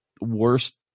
worst